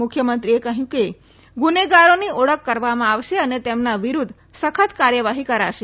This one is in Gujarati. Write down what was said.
મુખ્યમંત્રીએ કહ્યું કે ગુનેગારોની ઓળખ કરવામાં આવશે અને તેમના વિરુધ્ધ સખત કાર્યવાહી કરાશે